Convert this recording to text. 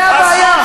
זה הבעיה.